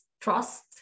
trust